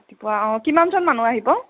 ৰাতিপুৱা অ' কিমানজন মানুহ আহিব